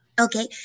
Okay